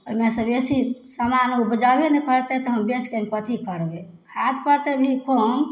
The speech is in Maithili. ओहिमे सऽ बेसी समान उपजबे नहि करतै तऽ हम बेच कए कथी करबै आर पड़तै भी कम